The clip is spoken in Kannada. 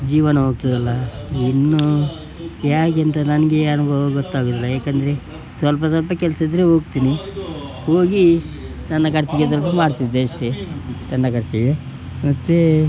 ಜೀವನ ನನಗೆ ಅನುಭವ ಗೊತ್ತಾಗುವುದಿಲ್ಲ ಏಕೆಂದರೆ ಸ್ವಲ್ಪ ಸ್ವಲ್ಪ ಕೆಲಸ ಇದ್ದರೆ ಹೋಗ್ತೀನಿ ಹೋಗಿ ನನ್ನ ಖರ್ಚಿಗೆ ಸ್ವಲ್ಪ ಮಾಡ್ತಿದ್ದೆ ಅಷ್ಟೇ ನನ್ನ ಖರ್ಚಿಗೆ ಮತ್ತೆ